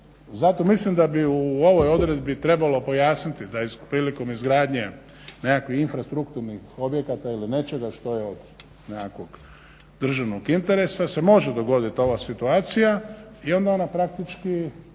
zato mislim da bi u ovoj odredbi trebalo pojasniti da prilikom izgradnje nekakvih infrastrukturnih objekata ili nečega što je od nekakvog državnog interesa se može dogodit ova situacija i onda ona praktički